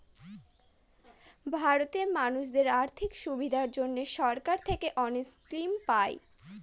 ভারতে মানুষদের আর্থিক সুবিধার জন্য সরকার থেকে অনেক স্কিম পায়